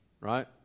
Right